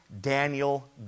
Daniel